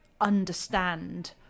understand